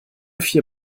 vier